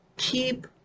Keep